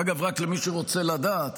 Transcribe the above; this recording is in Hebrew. אגב, רק למי שרוצה לדעת,